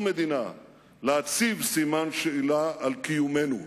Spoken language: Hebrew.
מדינה להציב סימן שאלה על קיומנו.